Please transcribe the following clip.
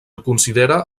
considera